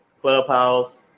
Clubhouse